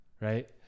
Right